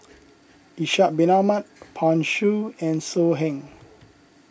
Ishak Bin Ahmad Pan Shou and So Heng